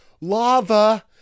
lava